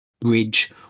bridge